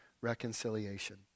reconciliation